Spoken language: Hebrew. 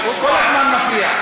הוא כל הזמן מפריע.